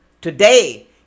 Today